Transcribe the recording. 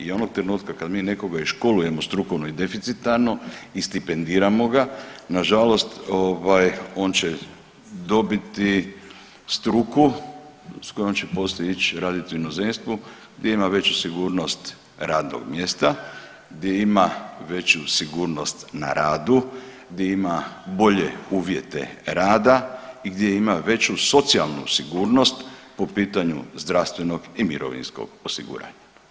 I onog trenutka kad mi nekoga iškolujemo strukovno i deficitarno i stipendiramo ga, nažalost ovaj on će dobiti struku s kojom će poslije ići raditi u inozemstvu gdje ima veću sigurnost radnog mjesta, gdje ima veću sigurnost na radu, gdje ima bolje uvjete rada i gdje ima veću socijalnu sigurnost po pitanju zdravstvenog i mirovinskog osiguranja.